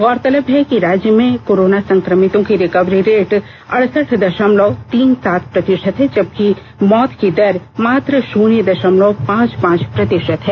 गौरतलब है कि राज्य में कोरोना सं क्र मितों की रिकवरी रेट अड़सठ दशमलव तीन सात प्रतिशत है जबकि मौत की दर मात्र शून्य दशमलव पांच पांच प्र तिशत है